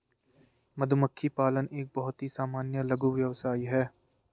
मधुमक्खी पालन एक बहुत ही सामान्य लघु व्यवसाय है